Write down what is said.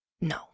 no